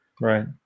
right